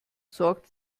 sorgt